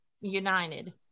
united